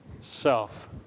self